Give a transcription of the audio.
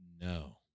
No